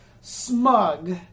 SMUG